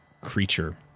creature